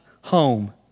home